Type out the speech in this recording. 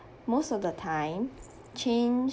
most of the time change